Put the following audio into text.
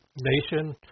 nation